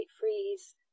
freeze